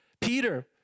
Peter